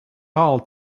hall